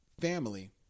family